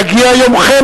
יגיע יומכם,